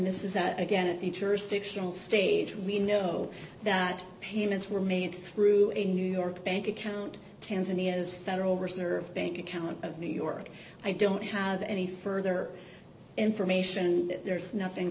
this is again the jurisdiction stage we know that payments were made through a new york bank account tanzania's federal reserve bank account of new york i don't have any further information there's nothing